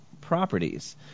properties